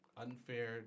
Unfair